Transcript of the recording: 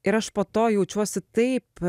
ir aš po to jaučiuosi taip